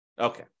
Okay